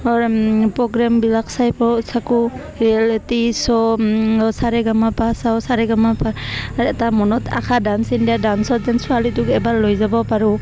প্ৰগ্ৰেমবিলাক চাই থাকোঁ reality show চা ৰে গা মা পা চাওঁ চা ৰে গা মা পা এটা মনত আশা ডান্স ইণ্ডিয়া ডান্সত যেন ছোৱালীটোক এবাৰ লৈ যাব পাৰোঁ